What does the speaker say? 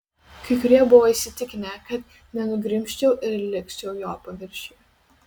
kai kurie buvo įsitikinę kad nenugrimzčiau ir likčiau jo paviršiuje